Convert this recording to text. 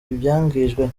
ibyangijwe